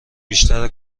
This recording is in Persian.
بیشتر